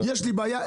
ויש לי איתו בעיה,